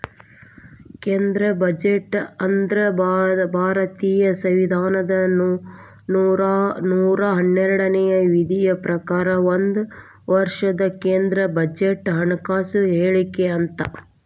ಕೇಂದ್ರ ಬಜೆಟ್ ಅಂದ್ರ ಭಾರತೇಯ ಸಂವಿಧಾನದ ನೂರಾ ಹನ್ನೆರಡನೇ ವಿಧಿಯ ಪ್ರಕಾರ ಒಂದ ವರ್ಷದ ಕೇಂದ್ರ ಬಜೆಟ್ ಹಣಕಾಸು ಹೇಳಿಕೆ ಅಂತ